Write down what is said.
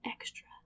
extra